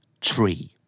Tree